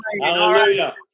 Hallelujah